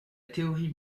théorie